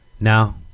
Now